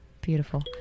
beautiful